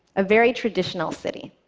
a very traditional city.